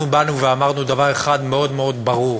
אנחנו אמרנו דבר אחד מאוד מאוד ברור: